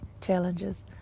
challenges